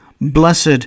Blessed